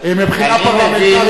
מבחינה פרלמנטרית,